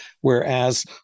Whereas